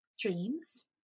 dreams